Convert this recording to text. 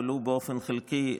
ולו באופן חלקי,